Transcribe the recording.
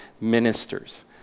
ministers